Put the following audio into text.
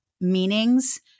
meanings